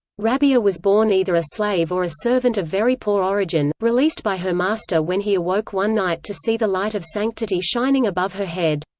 rabi'a was born either a slave or a servant of very poor origin, released by her master when he awoke one night to see the light of sanctity shining above her head.